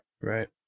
Right